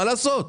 מה לעשות?